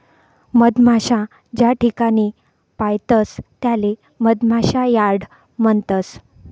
मधमाशा ज्याठिकाणे पायतस त्याले मधमाशा यार्ड म्हणतस